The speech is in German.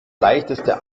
leichteste